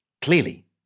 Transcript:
Clearly